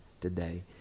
today